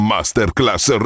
Masterclass